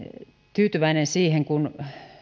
tyytyväinen siihen kun